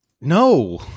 No